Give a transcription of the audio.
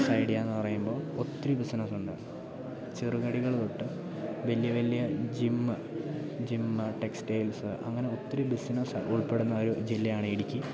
business ഐഡിയയെന്നു പറയുമ്പം ഒത്തിരി ബിസിനസ്സുണ്ട് ചെറുകടികൾ തൊട്ട് വലിയ വലിയ ജിമ്മ് ജിമ്മ് ടെക്സ്റ്റൈൽസ് അങ്ങനെ ഒത്തിരി ബിസിനസ്സ് ഉൾപ്പെടുന്ന ഒരു ജില്ലയാണ് ഇടുക്കി